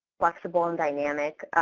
flexible and dynamic.